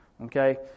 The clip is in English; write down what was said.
okay